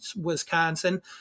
Wisconsin